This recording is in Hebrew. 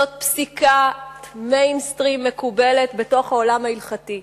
זאת פסיקת mainstream מקובלת בעולם ההלכתי.